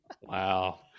wow